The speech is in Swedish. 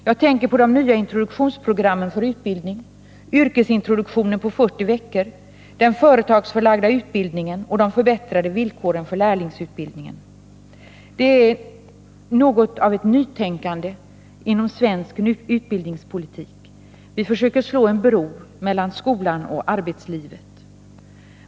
Jag tänker på de nya introduktionsprogrammen för utbildning, yrkesintroduktionen på 40 veckor, den företagsförlagda utbildningen och de förbättrade villkoren för lärlingsutbildningen. Det är något av ett nytänkande inom svensk utbildningspolitik. Vi slår en bro mellan skolan och arbetslivet.